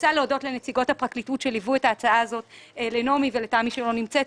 תודה לנעמי ותמי מהפרקליטות